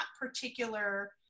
particular